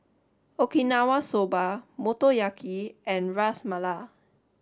Okinawa Soba Motoyaki and Ras Malai